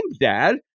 dad